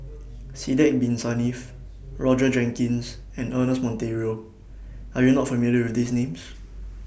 Sidek Bin Saniff Roger Jenkins and Ernest Monteiro Are YOU not familiar with These Names